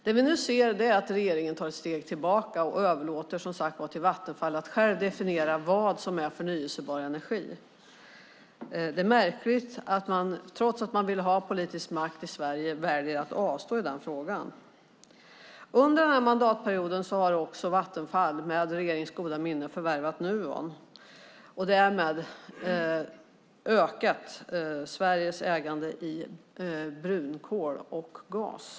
Det vi nu ser är att regeringen tar ett steg tillbaka och som sagt överlåter till Vattenfall att självt definiera vad som är förnybar energi. Det är märkligt att man trots att man vill ha politisk makt i Sverige väljer att avstå i den frågan. Under den här mandatperioden har Vattenfall med regeringens goda minne förvärvat Nuon och därmed ökat Sveriges ägande i brunkol och gas.